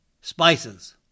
spices